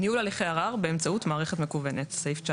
ניהול הליכי ערר באמצעות מערכת מקוונת19.(א)בית